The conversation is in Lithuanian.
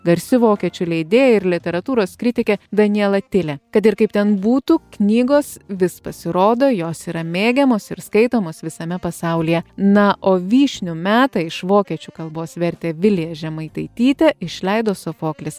garsi vokiečių leidėja ir literatūros kritikė daniela tile kad ir kaip ten būtų knygos vis pasirodo jos yra mėgiamos ir skaitomos visame pasaulyje na o vyšnių metai iš vokiečių kalbos vertė vilija žemaitaitytė išleido sofoklis